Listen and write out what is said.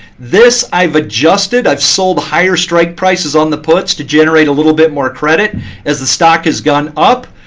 this, i've adjusted. i've sold higher strike prices on the puts to generate a little bit more credit as the stock has gone up,